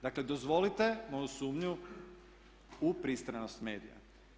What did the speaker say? Dakle dozvolite moju sumnju u pristranost medija.